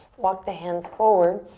walk the hands forward.